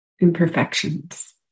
Imperfections